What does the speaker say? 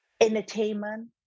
entertainment